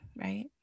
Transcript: Right